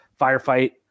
firefight